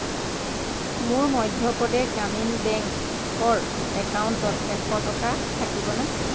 মোৰ মধ্য প্ৰদেশ গ্ৰামীণ বেংকৰ একাউণ্টত এশ টকা থাকিবনে